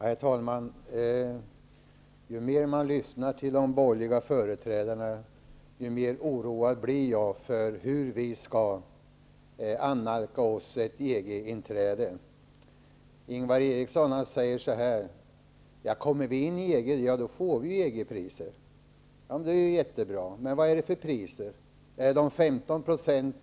Herr talman! Ju mer jag lyssnar till de borgerliga företrädarna, desto mer oroad blir jag för hur vi skall nalka oss ett EG-inträde. Ingvar Eriksson säger att om vi kommer in i EG får vi EG-priser. Det är ju jättebra. Men vad är det för priser? Är det